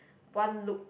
one look